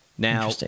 Now